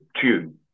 tune